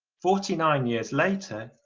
forty nine years later,